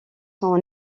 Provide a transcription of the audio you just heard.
sont